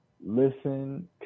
listen